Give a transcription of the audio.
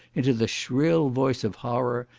into the shrill voice of horror,